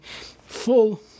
full